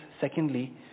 secondly